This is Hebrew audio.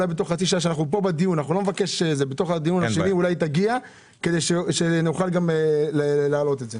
בתוך הדיון - אולי תגיע כדי שנוכל להעלות את זה.